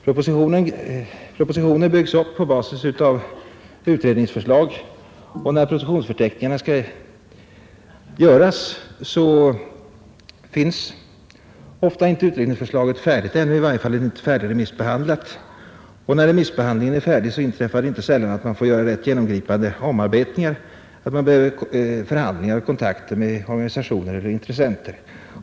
Propositioner byggs upp på basis av utredningsförslag, och när propositionsförteckningen skall göras upp är utredningsförslagen ofta inte färdiga. I varje fall är remissbehandlingen inte färdig, och efter remissbehandlingen inträffar det inte så sällan att man får göra rätt genomgripande omarbetningar och att man behöver förhandlingar och kontakter med organisationer eller intressenter.